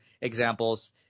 examples